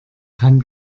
kann